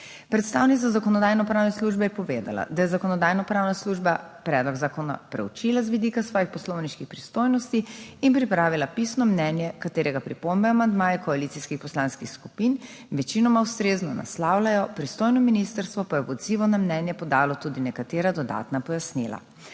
Predstavnica Zakonodajno-pravne službe je povedala, da je Zakonodajno-pravna služba predlog zakona preučila z vidika svojih poslovniških pristojnosti in pripravila pisno mnenje, katerega pripombe, amandmaje koalicijskih poslanskih skupin večinoma ustrezno naslavljajo, pristojno ministrstvo pa je v odzivu na mnenje podalo tudi nekatera dodatna pojasnila.